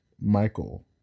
Michael